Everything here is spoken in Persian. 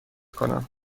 کنم